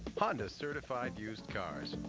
honda's certified used cars.